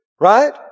right